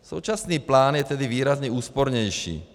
Současný plán je tedy výrazně úspornější.